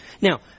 Now